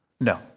No